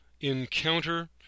Encounter